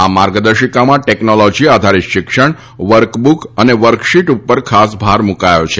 આ માર્ગદર્શિકામાં ટેકનોલોજી આધારિત શિક્ષણ વર્કબુક તથા વર્કશીટ ઉપર ખાસ ભાર મૂકાયો છે